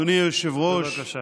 אדוני היושב-ראש,